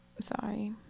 Sorry